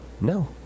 No